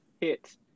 hit